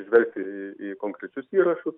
žvelgti į į konkrečius įrašus